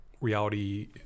Reality